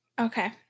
okay